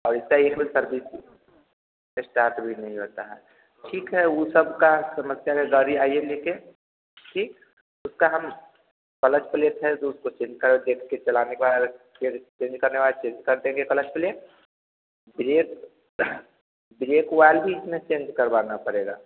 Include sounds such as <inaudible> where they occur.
और इसका यह <unintelligible> दीजिए स्टार्ट भी नहीं होता है ठीक है वो सबका समस्या गाड़ी आईए लेकर ठीक उसका हम कलच प्लेट है तो उसको चेंज करके देख कर चलाने के बाद चेंज चेंज करने का चेंज कर देंगे clutch plate brake brake wire भी इसमें चेंज करवाना पड़ेगा